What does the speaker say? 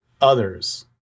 others